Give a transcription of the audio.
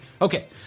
Okay